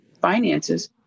finances